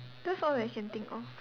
that's all I can think of